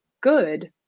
good